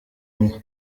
inka